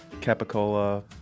capicola